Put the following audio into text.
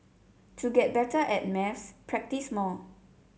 to get better at maths practise more